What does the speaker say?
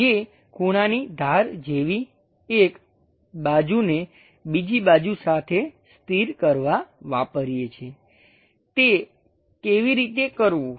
જે ખૂણાની ધાર જેવી એક બાજુને બીજી બાજુ સાથે સ્થિર કરવા વાપરીએ છીએ તે કેવી રીતે કરવું